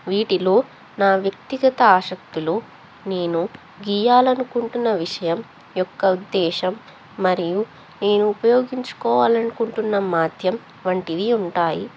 వీటిలో నా వ్యక్తిగత ఆసక్తులు నేను గీయాలనుకుంటున్న విషయం యొక్క ఉద్దేశం మరియు నేను ఉపయోగించుకోవాలనుకుంటున్న మాధ్యం వంటివి ఉంటాయి